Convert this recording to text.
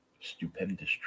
stupendous